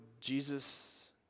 Jesus